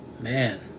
Man